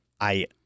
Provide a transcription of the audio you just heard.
I-